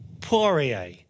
Poirier